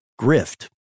grift